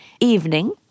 evening